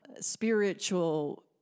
spiritual